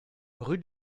rue